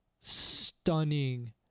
stunning